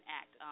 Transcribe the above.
act